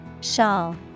Shawl